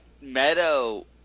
Meadow